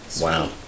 wow